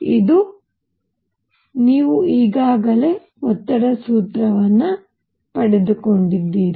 ಇದು ನೀವು ಈಗಾಗಲೇ ಒತ್ತಡ ಸೂತ್ರವನ್ನು ಪಡೆದುಕೊಂಡಿದ್ದೀರಿ